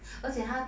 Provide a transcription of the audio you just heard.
而且她